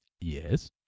Yes